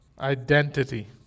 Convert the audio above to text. identity